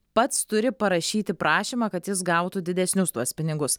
pats turi parašyti prašymą kad jis gautų didesnius tuos pinigus